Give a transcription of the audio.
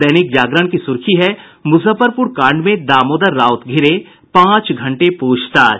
दैनिक जागरण की सुर्खी है मुजफ्फरपुर कांड में दामोदर राउत घिरे पांच घंटे पूछताछ